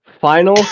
Final